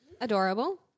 Adorable